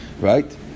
Right